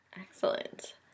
Excellent